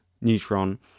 neutron